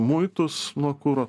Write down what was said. muitus nuo kuro